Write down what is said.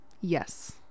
Yes